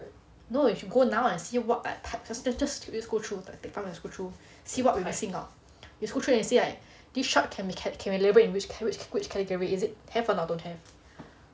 no you should go now and see what are the types just just just go through come let's go through see what we're missing out just go through and see like this shop can be can be labelled in which which which category is it have or don't have